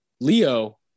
Leo